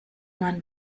man